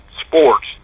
sports